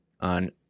on